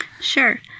Sure